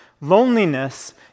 Loneliness